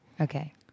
Okay